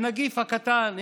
הנגיף הקטן,